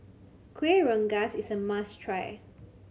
Kueh Rengas is a must try